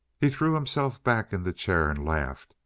he threw himself back in the chair and laughed.